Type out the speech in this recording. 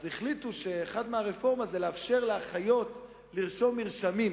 החליטו שאחת מהרפורמות היא לאפשר לאחיות לרשום מרשמים